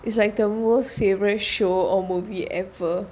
it's like the most favourite show or movie ever